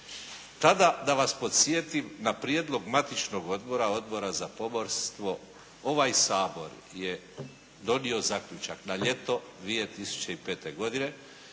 Tada da vas podsjetim na prijedlog matičnog odbora, Odbora za pomorstvo, ovaj Sabor je donio zaključak na ljeto 2005. godine